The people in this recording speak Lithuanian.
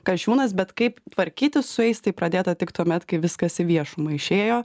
kasčiūnas bet kaip tvarkytis su jais tai pradėta tik tuomet kai viskas į viešumą išėjo